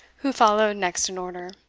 who followed next in order.